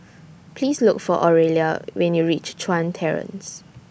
Please Look For Oralia when YOU REACH Chuan Terrace